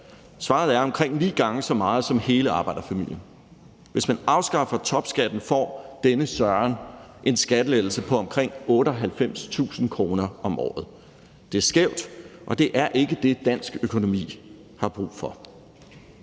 Svaret er omkring ni gange så meget som hele arbejderfamilien. Hvis man afskaffer topskatten, får denne Søren en skattelettelse på omkring 98.000 kr. om året. Det er skævt, og det er ikke det, dansk økonomi har brug for.